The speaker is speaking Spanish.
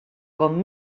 con